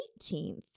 18th